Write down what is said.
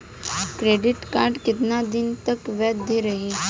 Credit card कितना दिन तक वैध रही?